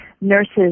nurses